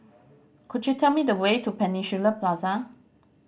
could you tell me the way to Peninsula Plaza